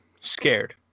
scared